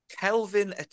Kelvin